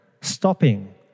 stopping